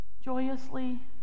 joyously